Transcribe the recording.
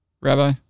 Rabbi